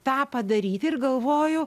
tą padaryti ir galvoju